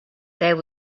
there